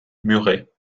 muret